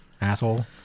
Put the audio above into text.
asshole